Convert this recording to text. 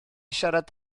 siarad